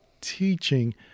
teaching